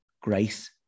grace